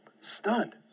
Stunned